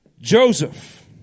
Joseph